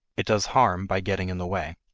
it does harm by getting in the way.